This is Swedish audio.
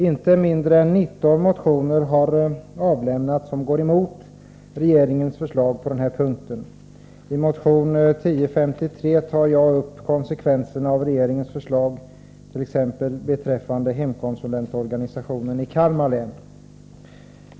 Inte mindre än 19 motioner har avlämnats som går emot regeringens förslag på den här punkten. I motion 1053 tar vi upp konsekvenserna av regeringens förslag beträffande hemkonsulentorganisationen i t.ex. Kalmar län.